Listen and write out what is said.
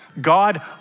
God